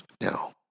Now